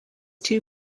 two